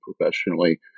professionally